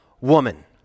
woman